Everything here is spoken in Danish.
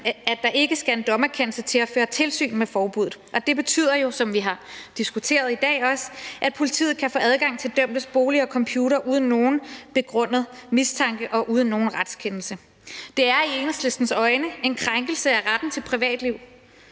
at der ikke skal en dommerkendelse til at føre tilsyn med forbuddet. Det betyder jo, som vi også har diskuteret i dag, at politiet kan få adgang til dømtes bolig og computer uden nogen begrundet mistanke og uden nogen retskendelse. Det er i Enhedslistens øjne en krænkelse af retten til privatliv.